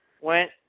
went